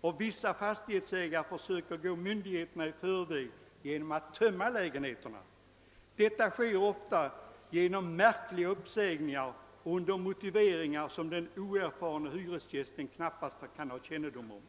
och vissa fastighetsägare försöker gå myndigheterna i förväg genom att tömma lägenheterna. Detta sker ofta genom märkliga uppsägningar med motiveringar som den oerfarne hyresgästen knappast kan ha kännedom om.